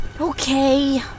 Okay